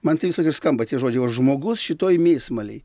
man tai visą laiką skamba tie žodžiai vat žmogus šitoj mėsmalėj